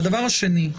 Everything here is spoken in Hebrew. הדבר השני: